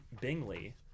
Bingley